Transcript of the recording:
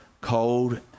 cold